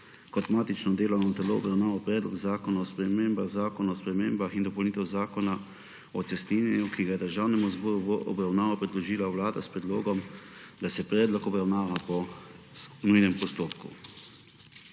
kot matično delovno telo obravnaval Predlog zakona o spremembi Zakona o spremembah in dopolnitvah Zakona o cestninjenju, ki ga je Državnemu zboru v obravnavo predložila Vlada s predlogom, da se predlog obravnava po nujnem postopku.